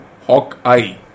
Hawkeye